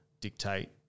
dictate